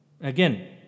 Again